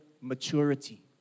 maturity